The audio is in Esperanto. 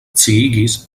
sciigis